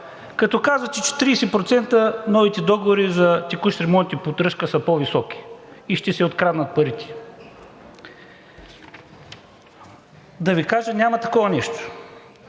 Като казвате, че 30% новите договори за текущ ремонт и поддръжка са по-високи и ще се откраднат парите, да Ви кажа: няма такова нещо.